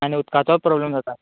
आनी उदकाचोय प्रोब्लेम जाता